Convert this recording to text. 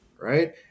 right